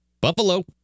buffalo